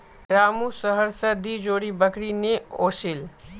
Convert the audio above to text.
रामू शहर स दी जोड़ी बकरी ने ओसील